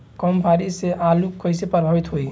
कम बारिस से आलू कइसे प्रभावित होयी?